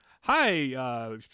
Hi